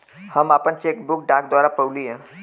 हम आपन cheque book डाक द्वारा पउली है